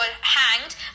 hanged